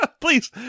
Please